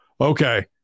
okay